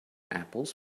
apples